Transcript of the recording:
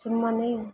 ಸುಮ್ಮನೆ